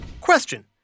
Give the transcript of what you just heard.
Question